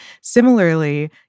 Similarly